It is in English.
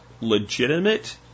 legitimate